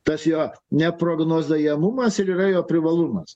tas jo neprognozajamumas ir yra jo privalumas